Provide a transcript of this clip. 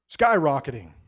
skyrocketing